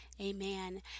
Amen